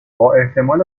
باحتمال